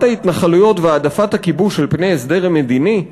ההתנחלויות והעדפת הכיבוש על פני הסדר מדיני,